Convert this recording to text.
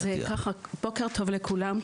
בוקר טוב לכולם,